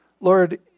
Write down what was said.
Lord